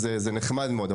אז זה נחמד מאוד.